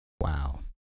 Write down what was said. Wow